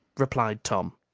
replied tom.